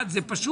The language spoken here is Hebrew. את זה פשוט,